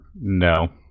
No